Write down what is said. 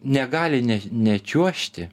negali ne nečiuožti